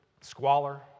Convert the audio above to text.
squalor